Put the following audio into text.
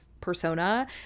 persona